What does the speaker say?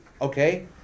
okay